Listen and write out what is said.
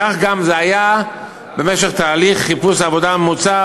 כך גם היה בתהליך חיפוש עבודה ממוצע,